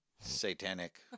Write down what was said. satanic